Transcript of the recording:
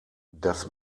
das